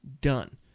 done